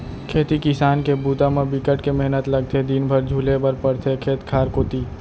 खेती किसान के बूता म बिकट के मेहनत लगथे दिन भर झुले बर परथे खेत खार कोती